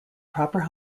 proper